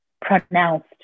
pronounced